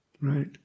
right